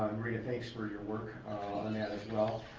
rita. thanks for your work on that as well.